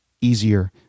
easier